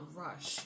rush